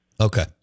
Okay